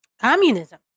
communism